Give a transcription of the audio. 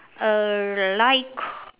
a light g~